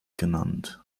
genannt